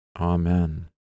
Amen